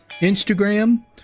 Instagram